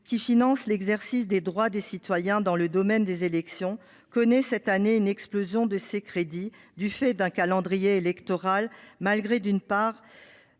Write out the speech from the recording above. qui finance l’exercice des droits des citoyens en matière électorale, connaît cette année une explosion de ses crédits du fait d’un calendrier chargé, marqué, d’une part,